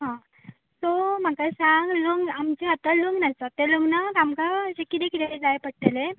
आं सो म्हाका सांग लग्न आमचें आतां लग्न आसा ते लग्नांकूत आमकां अशें कितें कितें जाय पडटलें